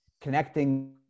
connecting